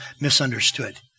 misunderstood